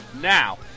Now